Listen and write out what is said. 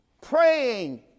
praying